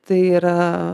tai yra